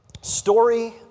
story